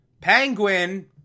Penguin